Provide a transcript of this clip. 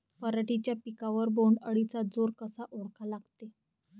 पराटीच्या पिकावर बोण्ड अळीचा जोर कसा ओळखा लागते?